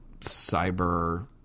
cyber